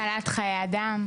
הצלת חיי אדם.